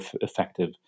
effective